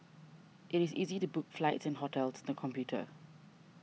it is easy to book flights and hotels on the computer